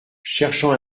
cherchant